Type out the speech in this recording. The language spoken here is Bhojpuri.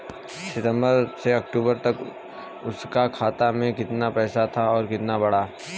सितंबर से अक्टूबर तक उसका खाता में कीतना पेसा था और कीतना बड़ा?